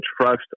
trust